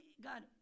God